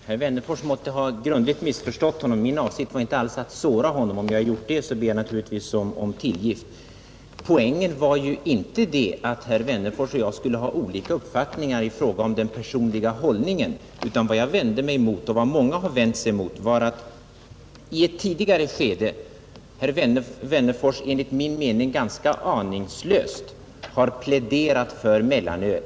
Herr talman! Herr Wennerfors måtte grundligt ha missförstått mig. Min avsikt var alls inte att såra honom. Om jag gjort det ber jag naturligtvis om tillgift. Poängen var inte att herr Wennerfors och jag skulle ha olika uppfattningar i fråga om den personliga hållningen i alkoholfrågan. Vad jag och andra vände oss mot var att herr Wennerfors i ett tidigare skede ganska aningslöst pläderat för mellanöl.